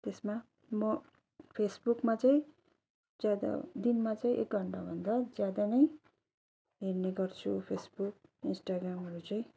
त्यसमा म फेसबुकमा चाहिँ ज्यादा दिनमा चाहिँ एक घण्टाभन्दा ज्यादा नै हेर्ने गर्छु फेसबुक इन्स्टाग्रामहरू चाहिँ